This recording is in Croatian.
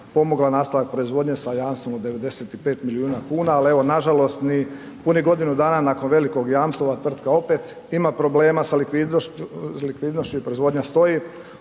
pomogla nastavak proizvodnje sa jamstvom od 95 milijuna kuna ali evo nažalost ni punih godinu dana nakon velikog jamstva tvrtka opet ima problema sa likvidnošću i proizvodnja stoji.